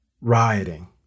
rioting